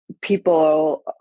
people